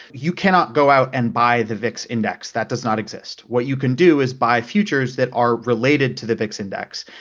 you cannot go out and buy the vix index that does not exist. what you can do is buy futures that are related to the vix index.